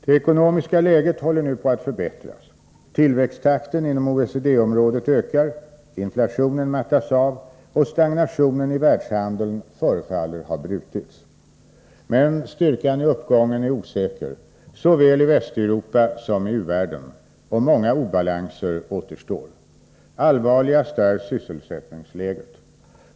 Det ekonomiska läget håller nu på att förbättras. Tillväxttakten inom OECD-området ökar, inflationen mattas av och stagnationen i världshandeln förefaller ha brutits. Men styrkan i uppgången är osäker såväl i Västeuropa som i u-världen, och många obalanser återstår. Allvarligast är sysselsättningsläget.